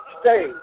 stay